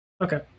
okay